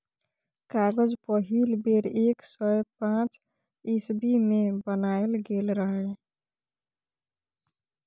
कागज पहिल बेर एक सय पांच इस्बी मे बनाएल गेल रहय